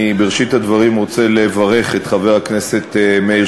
בראשית הדברים אני רוצה לברך את חבר הכנסת מאיר